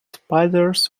spiders